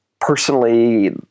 personally